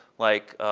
like,